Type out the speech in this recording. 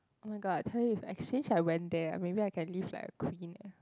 oh-my-god I tell you if exchange I went there ah maybe I can live like a queen eh